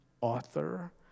author